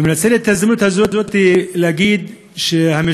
ומנצל את ההזדמנות הזאת להגיד שהמשנה